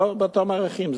באותם ערכים,